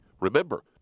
remember